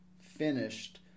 finished